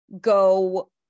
go